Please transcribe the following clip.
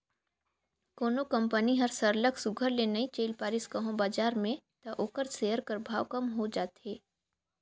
कोनो कंपनी हर सरलग सुग्घर ले नी चइल पारिस कहों बजार में त ओकर सेयर कर भाव कम हो जाथे